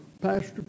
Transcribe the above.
Pastor